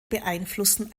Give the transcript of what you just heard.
beeinflussen